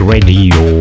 Radio